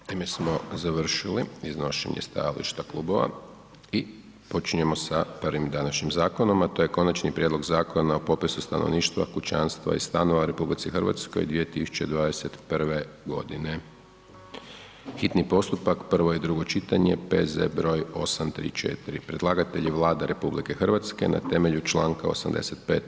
Time smo završili iznošenje stajališta klubova i počinjemo sa prvim današnjim zakonom, a to je: - Konačni prijedlog Zakona o popisu stanovništva, kućanstava i stanova u Republici Hrvatskoj 2021. godine, hitni postupak, prvo i drugo čitanje, P.Z.E. broj 834 Predlagatelj je Vlada RH na temelju Članka 85.